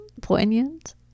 poignant